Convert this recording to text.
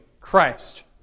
Christ